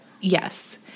Yes